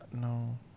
No